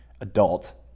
adult